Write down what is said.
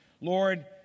Lord